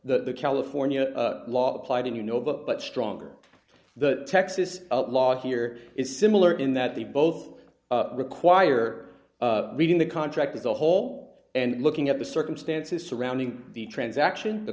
the california law applied and you know but stronger the texas law here is similar in that they both require reading the contract as a whole and looking at the circumstances surrounding the transaction the